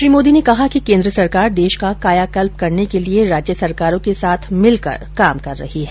श्री मोदी ने कहा कि केंद्र सरकार देश का काया कल्प करने के लिए राज्य सरकारों के साथ मिल कर काम कर रही है